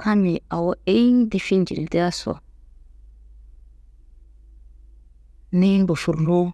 Kammi awo eyiyin difi njirdaso, niyi ngofurrowo